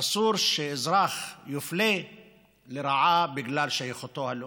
ואסור שאזרח יופלה לרעה בגלל שייכותו הלאומית.